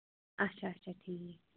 اَچھا اَچھا ٹھیٖک